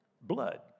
blood